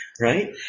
Right